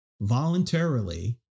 Voluntarily